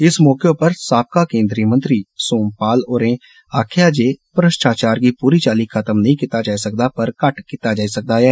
इस मौके पर साबका केन्द्री मंत्री सोपाल होरे आक्खेआ जे भ्रश्टाचार गी पूरी चाली खत्म नेई कीता जाई सकदा पर घट्ट कीता जाई सकदा ऐ